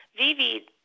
Vivi